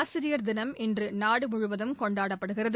ஆசிரியர் தினம் இன்று நாடு முழுவதும் கொண்டாடப்படுகிறது